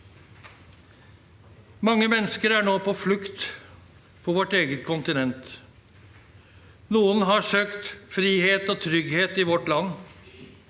Mange mennesker er nå på flukt på vårt eget kontinent. Noen har søkt frihet og trygghet i vårt land.